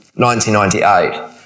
1998